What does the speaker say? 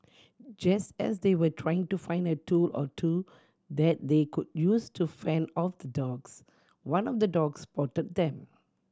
just as they were trying to find a tool or two that they could use to fend off the dogs one of the dogs spotted them